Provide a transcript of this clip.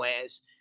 ways